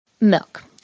Milk